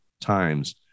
times